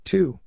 Two